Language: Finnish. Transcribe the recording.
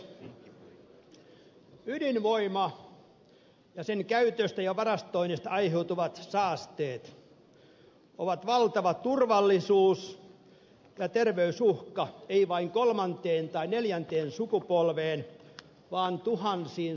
ydinvoima ja sen käytöstä ja varastoinnista aiheutuvat saasteet ovat valtava turvallisuus ja terveysuhka eivät vain kolmanteen tai neljänteen sukupolveen vaan tuhansiin sukupolviin asti